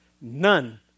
none